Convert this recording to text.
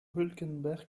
hülkenberg